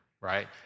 right